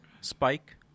Spike